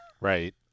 Right